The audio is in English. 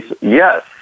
Yes